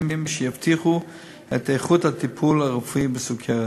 שיבטיחו את איכות הטיפול הרפואי בסוכרת.